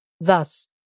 Thus